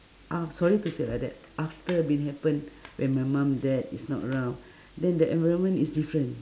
I'm sorry to say like that after been happen when my mom dad is not around then the environment is different